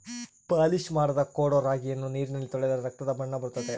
polish ಮಾಡದ ಕೊಡೊ ರಾಗಿಯನ್ನು ನೀರಿನಲ್ಲಿ ತೊಳೆದರೆ ರಕ್ತದ ಬಣ್ಣ ಬರುತ್ತದೆ